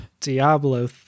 Diablo